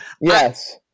Yes